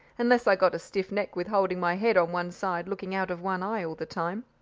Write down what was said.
unless i got a stiff neck with holding my head on one side looking out of one eye all the time.